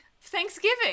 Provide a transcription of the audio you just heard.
Thanksgiving